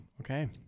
Okay